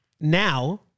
now